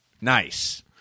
nice